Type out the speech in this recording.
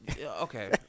Okay